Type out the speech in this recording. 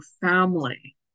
family